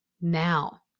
now